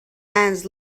ants